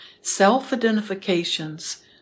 self-identifications